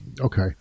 Okay